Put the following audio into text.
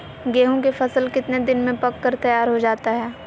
गेंहू के फसल कितने दिन में पक कर तैयार हो जाता है